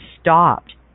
stopped